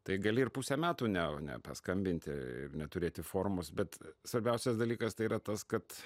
tai gali ir pusę metų ne ne nepaskambinti ir neturėti formos bet svarbiausias dalykas tai yra tas kad